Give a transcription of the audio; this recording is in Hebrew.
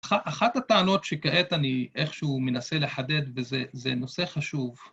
אחת הטענות שכעת אני איכשהו מנסה לחדד, וזה נושא חשוב,